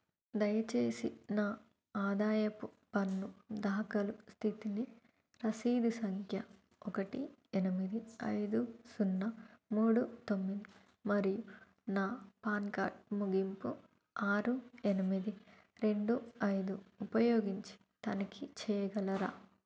దయచేసి నా ఆదాయపు పన్ను దాఖలు స్థితిని రసీదు సంఖ్య ఒకటి ఎనిమిది ఐదు సున్నా మూడు తొమ్మిది మరియు నా పాన్ కార్డ్ ముగింపు ఆరు ఎనిమిది రెండు ఐదు ఉపయోగించి తనిఖీ చేయగలరా